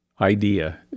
idea